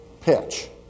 pitch